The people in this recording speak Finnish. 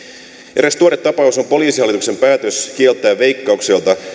eräs tuore tapaus on poliisihallituksen päätös kieltää veikkaukselta